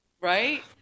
right